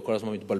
וכל הזמן מתבלבלים,